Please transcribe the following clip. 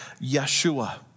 Yeshua